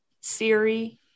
siri